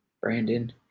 Brandon